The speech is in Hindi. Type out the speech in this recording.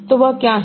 तो वह क्या है